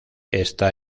está